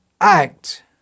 act